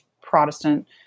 Protestant